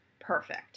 perfect